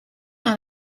dans